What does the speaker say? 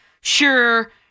sure